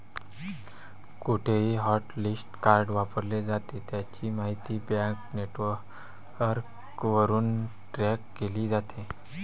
कुठेही hotlist card वापरले जाते, त्याची माहिती बँक नेटवर्कवरून ट्रॅक केली जाते